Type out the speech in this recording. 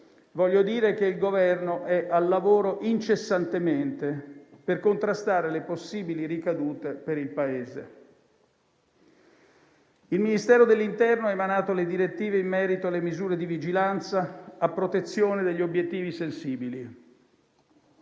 voglio dire che il Governo è al lavoro incessantemente per contrastare le possibili ricadute per il Paese. Il Ministero dell'interno ha emanato le direttive in merito alle misure di vigilanza a protezione degli obiettivi sensibili.